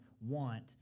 want